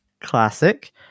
Classic